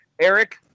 Eric